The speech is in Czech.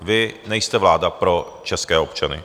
Vy nejste vláda pro české občany.